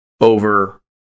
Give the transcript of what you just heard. over